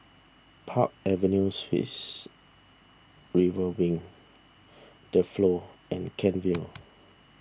Park Avenue Suites River Wing the Flow and Kent Vale